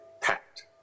packed